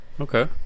Okay